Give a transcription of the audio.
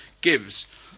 gives